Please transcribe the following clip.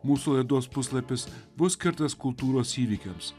mūsų laidos puslapis bus skirtas kultūros įvykiams